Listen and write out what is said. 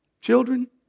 Children